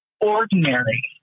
ordinary